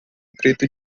preto